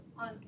on